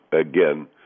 again